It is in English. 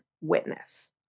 witness